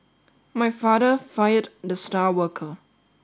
my father fired the star worker